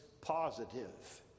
positive